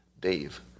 Dave